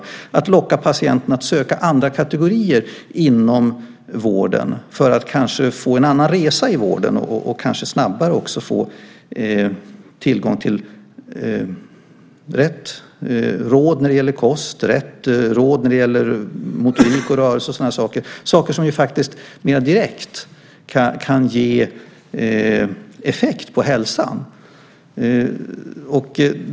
Man skulle också kunna locka patienter att söka andra kategorier inom vården och därigenom kanske få en annan resa i vården. Kanske skulle de då snabbare även kunna få tillgång till rätt råd när det gäller kost, rörelse och sådant, saker som mer direkt kan ge effekt på hälsan.